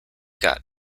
got